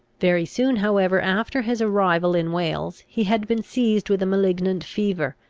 very soon however after his arrival in wales he had been seized with a malignant fever,